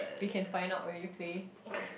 we can find out while you play